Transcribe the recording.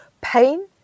Pain